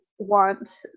want